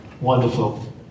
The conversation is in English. Wonderful